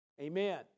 Amen